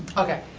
okay,